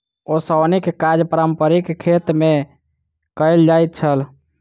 ओसौनीक काज पारंपारिक खेती मे कयल जाइत छल